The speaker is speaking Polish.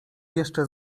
jeszcze